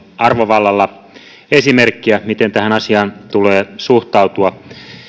arvovallallanne esimerkkiä miten tähän asiaan tulee suhtautua